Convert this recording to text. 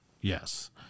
Yes